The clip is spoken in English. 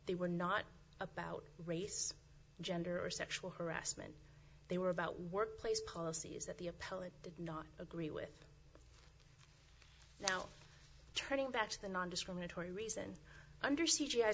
they were not about race gender or sexual harassment they were about workplace policies that the appellant did not agree with now turning back to the nondiscriminatory reason under c